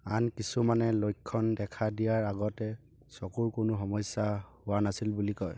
আন কিছুমানে লক্ষণ দেখা দিয়াৰ আগতে চকুৰ কোনো সমস্যা হোৱা নাছিল বুলি কয়